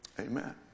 Amen